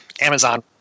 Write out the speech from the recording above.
Amazon